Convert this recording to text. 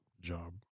job